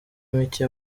micye